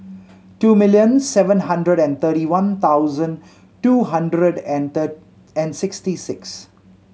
two million seven hundred and thirty one thousand two hundred and and sixty six